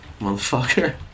Motherfucker